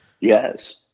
Yes